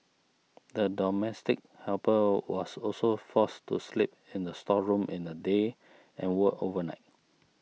the domestic helper was also forced to sleep in the storeroom in the day and worked overnight